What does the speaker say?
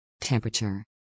Temperature